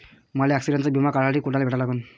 मले ॲक्सिडंटचा बिमा काढासाठी कुनाले भेटा लागन?